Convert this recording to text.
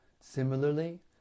Similarly